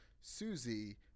susie